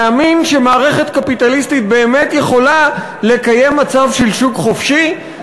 להאמין שמערכת קפיטליסטית באמת יכולה לקיים מצב של שוק חופשי,